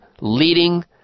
leading